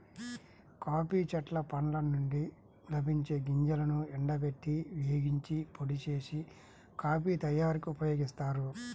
coffee చెట్ల పండ్ల నుండి లభించే గింజలను ఎండబెట్టి, వేగించి, పొడి చేసి, కాఫీ తయారీకి ఉపయోగిస్తారు